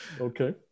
Okay